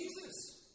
Jesus